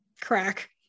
crack